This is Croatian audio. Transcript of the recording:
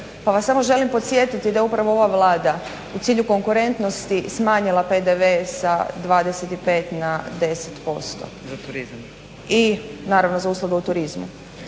pa vas samo želim podsjetiti da upravo ova Vlada u cilju konkurentnosti smanjila PDV sa na 25 na 10%, naravno za usluge u turizmu.